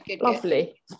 Lovely